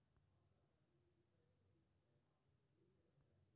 सरकारी बजट सरकार द्वारा तैयार कैल जाइ छै, जइमे अनुमानित आय आ व्यय के ब्यौरा रहै छै